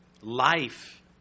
life